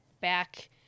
back